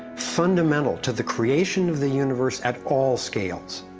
fundamental to the creation of the universe at all scales.